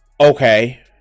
Okay